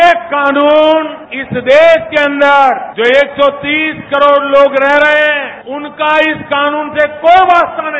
ये कानून इस देश के अंदर जो एक सौ तीस करोड़ लोग रह रहें हैं उनका इस कानून से कोई वास्ता नहीं